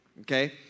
okay